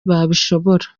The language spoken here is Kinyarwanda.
babishobora